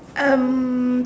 um